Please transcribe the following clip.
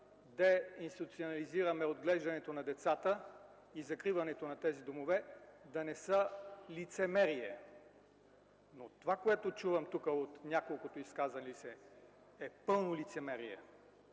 деинституционализираме отглеждането на децата и закриването на тези домове, да не са лицемерие. Но това, което чувам тук от няколкото изказали се, е пълно лицемерие.